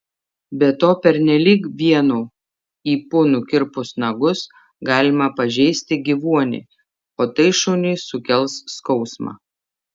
be to pernelyg vienu ypu nukirpus nagus galima pažeisti gyvuonį o tai šuniui sukels skausmą